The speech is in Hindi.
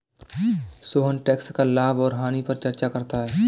सोहन टैक्स का लाभ और हानि पर चर्चा करता है